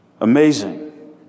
Amazing